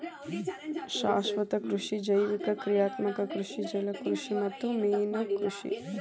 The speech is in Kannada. ಶಾಶ್ವತ ಕೃಷಿ ಜೈವಿಕ ಕ್ರಿಯಾತ್ಮಕ ಕೃಷಿ ಜಲಕೃಷಿ ಮತ್ತ ಮೇನುಕೃಷಿ